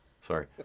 Sorry